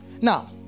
Now